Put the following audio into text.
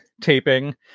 taping